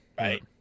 Right